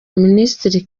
minisitiri